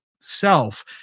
self